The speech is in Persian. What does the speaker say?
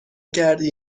کردی